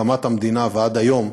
מהקמת המדינה ועד היום,